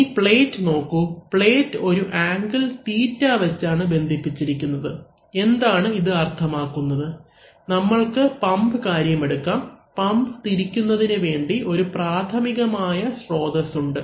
ഇനി പ്ലേറ്റ് നോക്കൂ പ്ലേറ്റ് ഒരു ആംഗിൾ θ വെച്ചാണ് ബന്ധിപ്പിച്ചിരിക്കുന്നത് എന്താണ് ഇത് അർത്ഥമാക്കുന്നത് നമ്മൾക്ക് പമ്പ് കാര്യമെടുക്കാം പമ്പ് തിരിക്കുന്നതിന് വേണ്ടി ഒരു പ്രാഥമികമായ സ്രോതസ്സ് ഉണ്ട്